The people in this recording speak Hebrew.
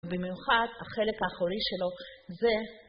במיוחד החלק האחורי שלו זה